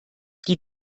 die